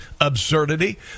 absurdity